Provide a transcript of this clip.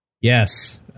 Yes